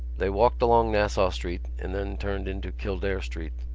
they walked along nassau street and then turned into kildare street.